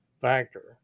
factor